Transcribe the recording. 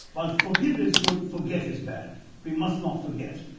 while forgive is good, forget is bad. we must not forget.